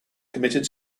committed